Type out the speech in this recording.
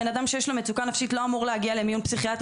בן אדם שיש לו מצוקה נפשית לא אמור להגיע למיון פסיכיאטרי.